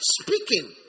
speaking